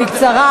בקצרה,